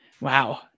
Wow